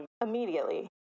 immediately